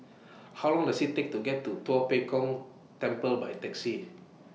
How Long Does IT Take to get to Tua Pek Kong Temple By Taxi